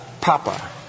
Papa